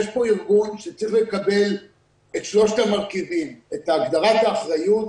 יש פה ארגון שצריך לקבל את שלושת המרכיבים: את הגדרת האחריות,